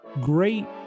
great